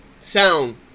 sound